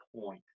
point